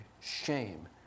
shame